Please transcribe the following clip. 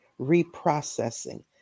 reprocessing